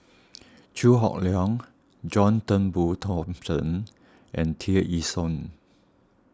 Chew Hock Leong John Turnbull Thomson and Tear Ee Soon